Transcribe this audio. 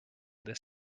this